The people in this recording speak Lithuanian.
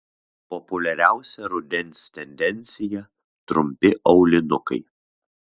populiariausia rudens tendencija trumpi aulinukai